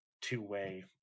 two-way